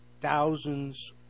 thousands